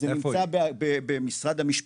זה נמצא במשרד ה-,